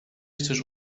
chcesz